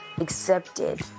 accepted